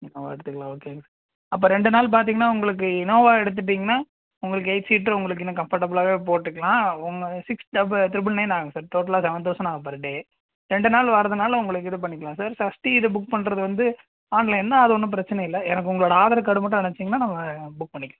Innova எடுத்துக்கலாம் okay அப்போ ரெண்டு நாள் பார்த்தீங்கன்னா உங்களுக்கு இனோவா எடுத்துட்டிங்கன்னால் உங்களுக்கு எயிட் சீட்டர் உங்களுக்கு இன்னும் கம்ஃபர்டபுளாகவே போட்டுக்கலாம் உங்க சிக்ஸ் டபு ட்ரிபிள் நைன் ஆகும் சார் டோட்டலா செவன் தௌசண்ட் ஆகும் பர் டே ரெண்டு நாள் வரதினால உங்களுக்கு இது பண்ணிக்கிலாம் சார் சஷ்டி இது புக் பண்ணுறது வந்து ஆன்லைன் தான் அது ஒன்றும் பிரச்சனை இல்லை எனக்கு உங்களோடய ஆதார் கார்டு மட்டும் அனுப்பிச்சிங்கன்னா நம்ம புக் பண்ணிக்கலாம்